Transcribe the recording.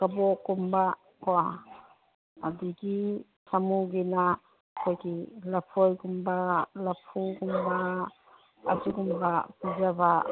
ꯀꯕꯣꯛ ꯀꯨꯝꯕꯀꯣ ꯑꯗꯒꯤ ꯁꯥꯃꯨꯒꯤꯅ ꯑꯩꯈꯣꯏꯒꯤ ꯂꯐꯣꯏꯒꯨꯝꯕ ꯂꯐꯨꯒꯨꯝꯕ ꯑꯗꯨꯒꯨꯝꯕ ꯄꯤꯖꯕ